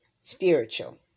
Spiritual